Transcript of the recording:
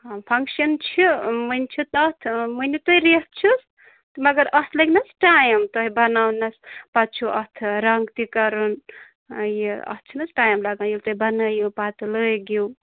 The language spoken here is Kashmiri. فنٛگشَن چھِ وٕنۍ چھِ تَتھ مٲنِو تُہۍ رٮ۪تھ چھُس مگر اَتھ لٔگۍ نہ حظ ٹایم تۄہہِ بَناونَس پَتہٕ چھُو اَتھ رَنٛگ تہِ کَرُن یہِ اَتھ چھُ نہ حظ ٹایم لَگان ییٚلہِ تُہۍ بَنٲیِو پَتہٕ لٲگِو